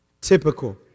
typical